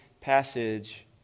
passage